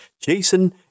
Jason